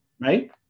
right